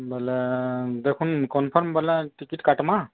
ବୋଲେ ଦେଖନ୍ତୁ କନ୍ଫର୍ମ ବାଲା ଟିକେଟ୍ କାଟିବା